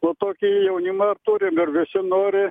va tokį jaunimą turim ir visi nori